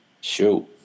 Shoot